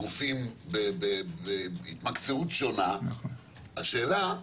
גופים בהתמקצעות שונה, השאלה,